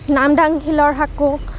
নামদাং শিলৰ সাঁকো